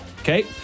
Okay